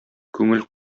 күңел